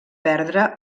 perdre